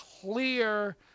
clear